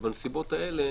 ובנסיבות האלה